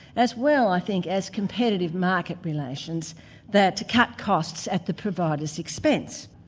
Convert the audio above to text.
as well i think as competitive market relations that cut costs at the providers' expense.